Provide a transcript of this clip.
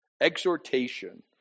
exhortation